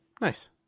Nice